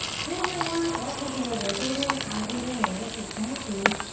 hey everyone, welcome to yoga with adriene. i'm adriene and this is benji,